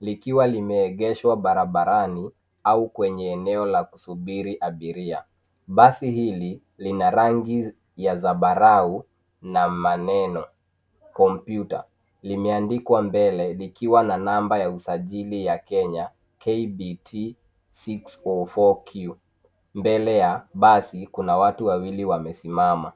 Likiwa limeegeshwa barabarani au kwenye eneo la kusubiri abiria. Basi hili lina rangi ya zambarau na maneno commuter limeandikwa mbele likiwa na namba ya usajili ya Kenya KBT 604Q. Mbele ya basi kuna watu wawili wamesimama.